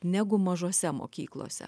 negu mažose mokyklose